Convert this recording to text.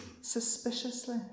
suspiciously